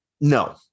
No